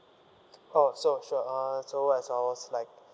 oh so sure uh so as I was like